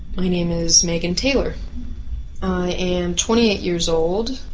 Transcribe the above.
my name is megan taylor i am twenty eight years old,